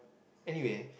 anyway